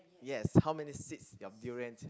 yes how many seeds your durians